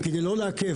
כדי לא לעכב.